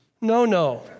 No-no